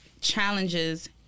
challenges